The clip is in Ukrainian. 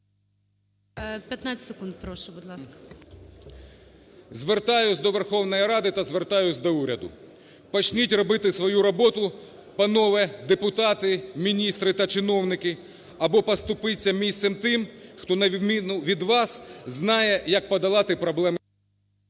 15 секунд, прошу, будь ласка. ВІЛКУЛ О.Ю. Звертаюсь до Верховної Ради та звертаюсь до уряду. Почніть робити свою роботу, панове депутати, міністри та чиновники, або поступіться місцем тим, хто на відміну від вас знає, як подолати…